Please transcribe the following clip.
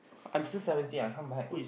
I'm just seventeen I can't buy